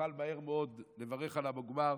נוכל מהר מאוד לברך על המוגמר,